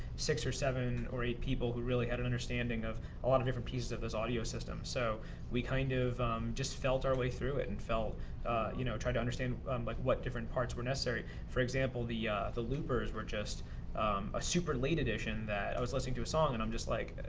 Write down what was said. six or seven or eight people who really had an understanding of a lot of different pieces of this audio system. so we kind of just felt our way through it, and you know tried to understand like what different parts were necessary. for example, the the loopers were just a super late edition that, i was listening to a song, and i'm just like,